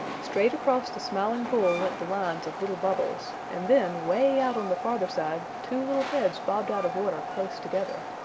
straight across the smiling pool went the lines of little bubbles and then way out on the farther side two little heads bobbed out of water close together.